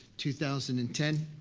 two thousand and ten,